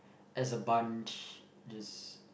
as a bunch just